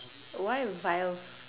why a vilf